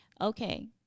Okay